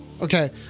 Okay